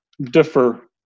differ